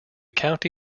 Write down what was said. county